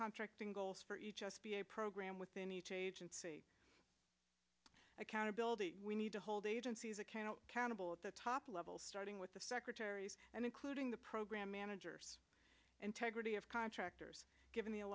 contracting goals for each us be a program within each agency accountability we need to hold agencies account countable at the top levels starting with the secretaries and including the program managers integrity of contractors in the a